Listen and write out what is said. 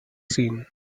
seen